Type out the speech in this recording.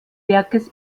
werks